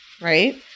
right